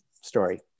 story